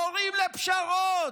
קוראים לפשרות.